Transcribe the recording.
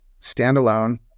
standalone